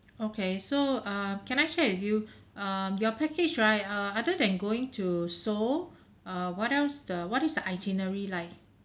okay so err can I check with you um your package right err other than going to seoul err what else the what is the itinerary like